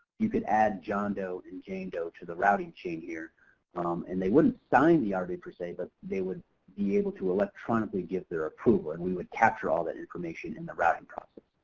you could add john doe and jane doe to the routing chain here and they wouldn't sign the ah rwa per se but they would be able to electronically give their approval and we would capture all that information in the routing process.